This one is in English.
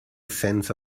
sense